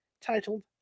titled